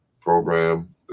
program